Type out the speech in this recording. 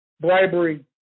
bribery